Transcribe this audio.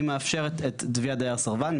היא מאפשרת את תביעת הדייר הסרבן,